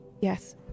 Yes